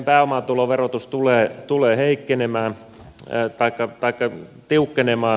meidän pääomaverotus tulee tiukkenemaan